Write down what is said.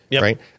right